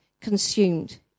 consumed